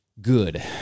good